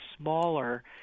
smaller